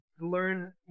learn –